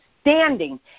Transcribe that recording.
standing